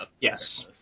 Yes